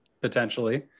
potentially